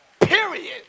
period